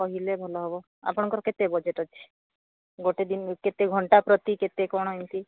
କହିଲେ ଭଲ ହେବ ଆପଣଙ୍କର କେତେ ବଜେଟ୍ ଅଛି ଗୋଟେ ଦିନରେ କେତେ ଘଣ୍ଟା ପ୍ରତି କେତେ କ'ଣ ଏମିତି